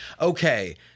Okay